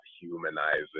humanizing